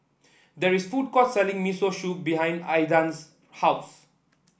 there is a food court selling Miso Soup behind Aydan's house